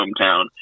hometown